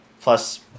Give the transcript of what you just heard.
plus